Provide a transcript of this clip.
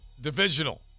divisional